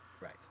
Right